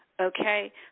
Okay